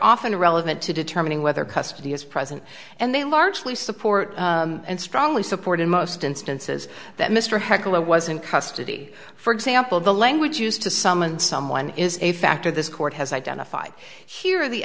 often relevant to determining whether custody is present and they largely support and strongly support in most instances that mr hecker was in custody for example the language used to summon someone is a factor this court has identified here the